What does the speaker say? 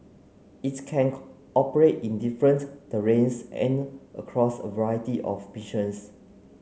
its can operate in different terrains and across a variety of missions